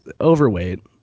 overweight